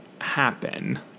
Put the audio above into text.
happen